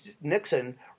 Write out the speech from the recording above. Nixon